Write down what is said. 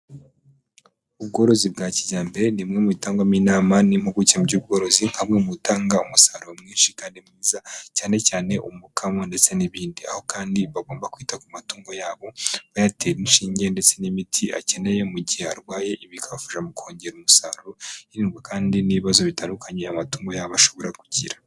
Ubworozi bwa kijyambere ni bumwe mubitangwamo inama n'impuguke mu by'ubworozi nka bumwe mubutanga umusaruro mwinshi kandi mwiza cyane cyane umukamo, ndetse n'ibindi, aho kandi bagomba kwita ku matungo yabo, bayatera inshinge ndetse n'imiti akeneye mu gihe arwaye, ibi bikabafasha mu kongera umusaruro, hirindwa kandi n'ibibazo bitandukanye amatungo yabo ashobora kugira.